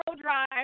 Drive